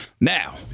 Now